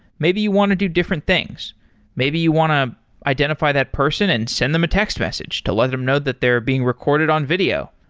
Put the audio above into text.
maybe you want to do different things maybe you want to identify that person and send them a text message to let them know that they're being recorded on video,